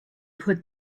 put